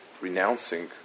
renouncing